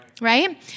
right